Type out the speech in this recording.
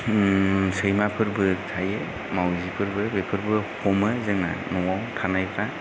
सैमाफोरबो थायो माउजिफोरबो बेफोरबो हमो जोंना न'आव थानायफ्रा